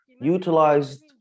utilized